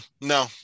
no